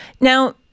Now